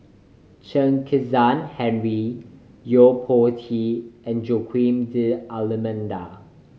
Chen Kezhan Henri Yo Po Tee and Joaquim D'Almeida